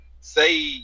say